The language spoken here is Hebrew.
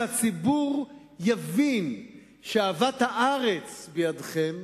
שהציבור יבין שאהבת הארץ בידכם,